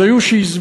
אז היו שהסבירו: